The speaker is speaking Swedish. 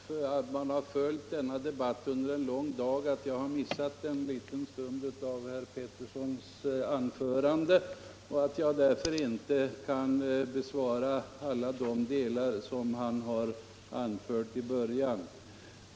Fru talman! Det kanske kan vara förklarligt att jag, efter att ha följt denna debatt under en lång dag, har missat en liten stund av herr Petterssons i Malmö anförande och att jag därför inte till alla delar kan bemöta det han anförde i början.